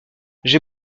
j’ai